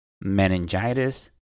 meningitis